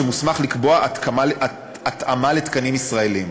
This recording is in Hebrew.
שמוסמך לקבוע התאמה לתקנים ישראליים.